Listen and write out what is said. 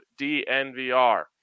DNVR